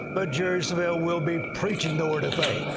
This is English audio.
but jerry savelle will be preaching the word of faith.